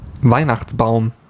Weihnachtsbaum